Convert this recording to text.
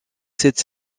cette